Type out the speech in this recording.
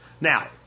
Now